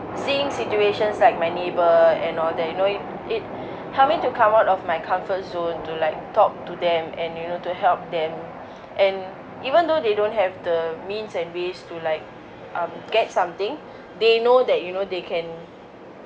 seeing situations like my neighbour and all that you know it it help me to come out of my comfort zone to like talk to them and you know to help them and even though they don't have the means and ways to like um get something they know that you know they can